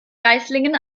geislingen